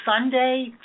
Sunday